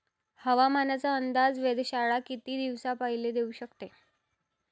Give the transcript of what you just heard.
हवामानाचा अंदाज वेधशाळा किती दिवसा पयले देऊ शकते?